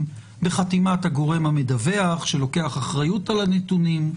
בחתימת הגורם המדווח שלוקח אחריות על הנתונים,